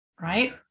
right